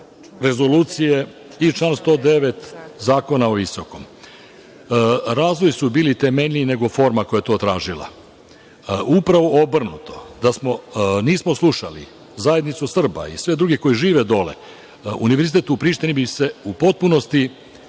rezoluciji i člana 109. Zakona o visokom obrazovanju. Razlozi su bili temeljniji nego forma koja je to tražila. Upravo obrnuto, da nismo slušali zajednicu Srba i svih drugih koji žive dole, Univerzitet u Prištini bi se u potpunosti